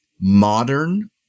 modern